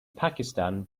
pakistan